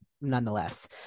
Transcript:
nonetheless